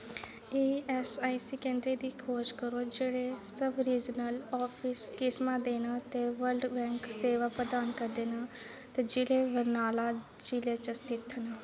ESIC केंदरें दी खोज करो जेह्ड़े सब रीजनल आफिस किसमां दे न ते ब्लड बैंक सेवां प्रदान करदे न ते जि'ले बरनाला जि'ले च स्थित न